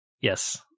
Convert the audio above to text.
Yes